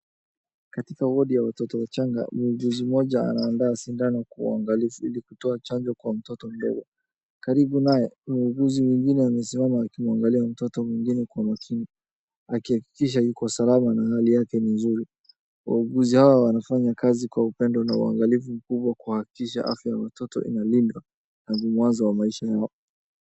Katika wodi ya watoto wachanga, muuguzi mmoja anaandaa sindano kwa uangalifu ili kutoa chanjo kwa mtoto mdogo. Karibu naye, muuguzi mwingine amesimama akiangalia mtoto mwingine kwa makini, na akihakikisha yuko salama na hali yake ni nzuri. Wauguzi hawa wanafanya kazi kwa upendo na uangalifu mkubwa kuhakikisha afya ya watoto inalindwa na ni mwanzo maisha yao.